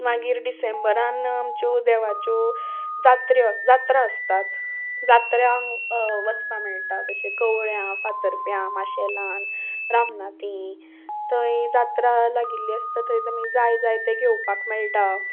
मागीर डिसेंबरान आमच्यो देवाच्यो जात्र्यो जात्रा आसतात जात्र्यांक वचपाक मेळटा तशें कवळ्यां फातरप्यां माशेलान रामनातीं थंय जात्रा लागिल्ली आसता थंय तुमी जाय जाय ते घेवपाक मेळटा